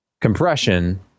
compression